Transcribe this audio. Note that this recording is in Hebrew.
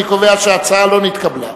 אני קובע שההצעה לא נתקבלה.